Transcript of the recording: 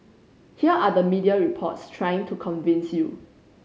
here are the media reports trying to convince you